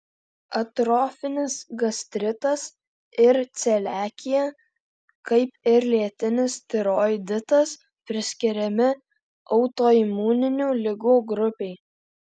atrofinis gastritas ir celiakija kaip ir lėtinis tiroiditas priskiriami autoimuninių ligų grupei